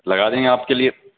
لگا دیں گے آپ کے لیے